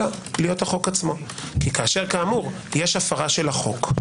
אלא להיות החוק עצמו כי כאשר יש הפרה של החוק,